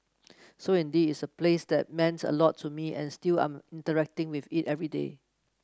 so indeed is a place that meant a lot to me and still I'm interacting with it every day